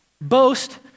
Boast